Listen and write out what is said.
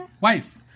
Wife